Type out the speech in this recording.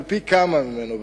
הוא פי כמה ממנו.